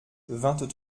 vingt